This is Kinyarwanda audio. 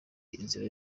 inzira